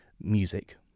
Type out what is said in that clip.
music